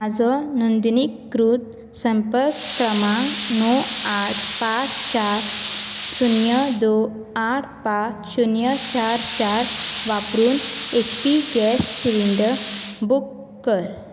म्हजो नोंदणीकृत संपर्क क्रमांक णव आठ पांच चार शून्य दोन आठ पांच शून्य चार चार वापरून एचपी गॅस सिलेंडर बुक कर